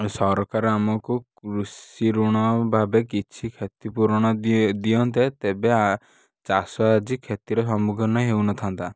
ସରକାର ଆମକୁ କୃଷି ଋଣ ଭାବେ କିଛି କ୍ଷତି ପୁରଣ ଦିଅ ଦିଅନ୍ତେ ତେବେ ଚାଷ ଆଜି କ୍ଷତିର ସମ୍ମୁଖୀନ ହେଉନଥାନ୍ତା